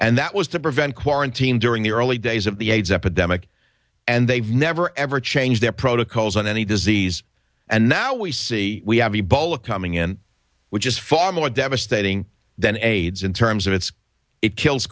and that was to prevent quarantine during the early days of the aids epidemic and they've never ever changed their protocols on any disease and now we see we have ebola coming in which is far more devastating than aids in terms of its it kills